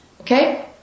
Okay